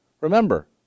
Remember